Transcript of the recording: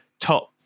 top